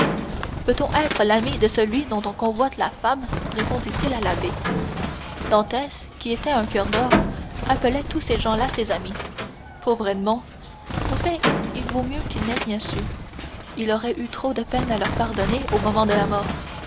peut-on être l'ami de celui dont on convoite la femme répondit-il à l'abbé dantès qui était un coeur d'or appelait tous ces gens-là ses amis pauvre edmond au fait il vaut mieux qu'il n'ait rien su il aurait eu trop de peine à leur pardonner au moment de la mort